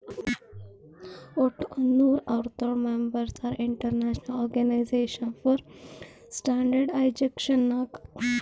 ವಟ್ ಒಂದ್ ನೂರಾ ಅರ್ವತ್ತೋಳ್ ಮೆಂಬರ್ಸ್ ಹರಾ international organization for standardization Nag